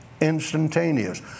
instantaneous